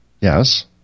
Yes